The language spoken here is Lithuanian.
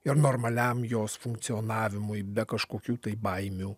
ir normaliam jos funkcionavimui be kažkokių tai baimių